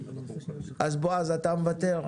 אז בועז, אתה מוותר?